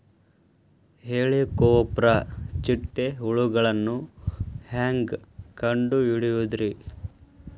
ಹೇಳಿಕೋವಪ್ರ ಚಿಟ್ಟೆ ಹುಳುಗಳನ್ನು ಹೆಂಗ್ ಕಂಡು ಹಿಡಿಯುದುರಿ?